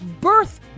birth